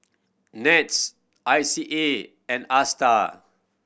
NETS I C A and Astar